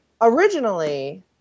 originally